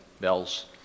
bells